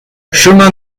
chemin